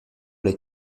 les